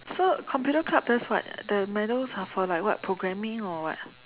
so computer club does what the manuals are for like what programming or what